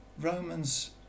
Romans